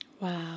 Wow